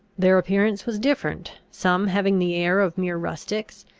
their appearance was different, some having the air of mere rustics,